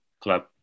club